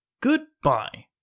Goodbye